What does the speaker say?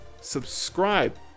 subscribe